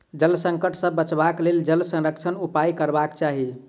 जल संकट सॅ बचबाक लेल जल संरक्षणक उपाय करबाक चाही